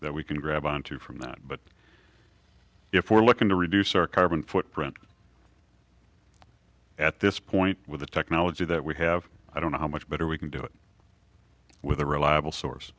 that we can grab onto from that but if we're looking to reduce our carbon footprint at this point with the technology that we have i don't know how much better we can do it with a reliable source